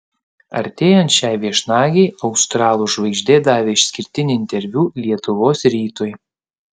artėjant šiai viešnagei australų žvaigždė davė išskirtinį interviu lietuvos rytui